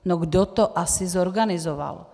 No kdo to asi zorganizoval?